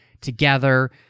together